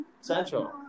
Central